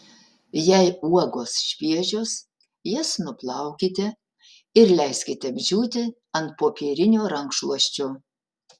jei uogos šviežios jas nuplaukite ir leiskite apdžiūti ant popierinio rankšluosčio